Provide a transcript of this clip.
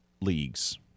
leagues